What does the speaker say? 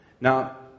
Now